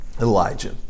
Elijah